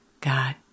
God